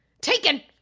Taken